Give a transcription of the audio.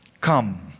come